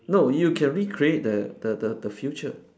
no you can recreate the the the the future